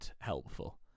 helpful